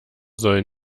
soll